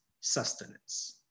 sustenance